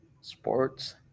sports